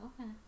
Okay